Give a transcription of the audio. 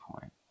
point